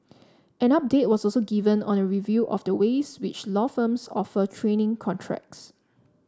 an update was also given on a review of the ways which law firms offer training contracts